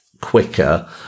quicker